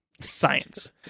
science